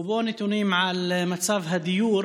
ובו נתונים על מצב הדיור